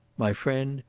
my friend,